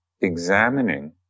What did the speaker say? examining